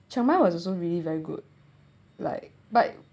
chiang mai was also really very good like but